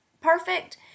perfect